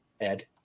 Ed